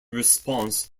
response